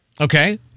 Okay